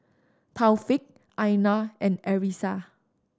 Taufik Aina and Arissa